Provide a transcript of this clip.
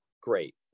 great